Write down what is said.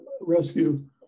rescue